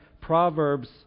Proverbs